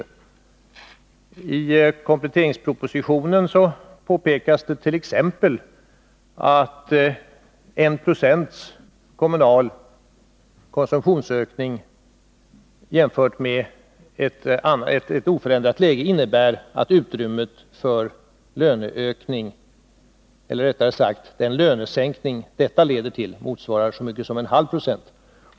Det påpekas i kompletteringspropositionen att 1 20 kommunal konsumtionsökning jämfört med ett oförändrat läge leder till en så stor lönesänkning som en 1/2 96.